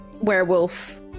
werewolf